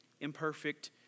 imperfect